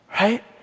right